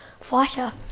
fighter